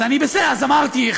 אז אמרתי,